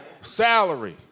salary